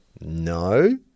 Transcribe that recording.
No